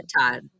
Todd